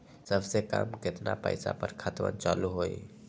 सबसे कम केतना पईसा पर खतवन चालु होई?